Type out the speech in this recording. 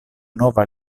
nova